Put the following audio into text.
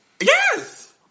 Yes